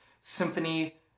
symphony